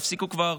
תפסיקו כבר